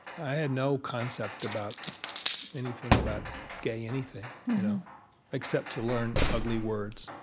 i had no concept about anything about gay anything you know except to learn ugly words,